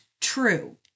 true